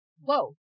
whoa